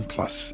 Plus